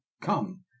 come